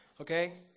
Okay